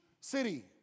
city